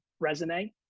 resume